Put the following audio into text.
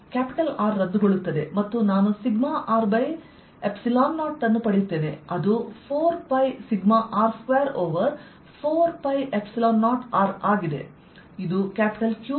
ಈ R ರದ್ದುಗೊಳ್ಳುತ್ತದೆ ಮತ್ತು ನಾನು σR0ಅನ್ನು ಪಡೆಯುತ್ತೇನೆ ಅದು 4πσR2ಓವರ್ 4π0R ಆಗಿದೆ